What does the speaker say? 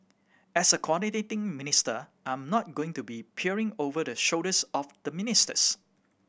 as a coordinating minister I'm not going to be peering over the shoulders of the ministers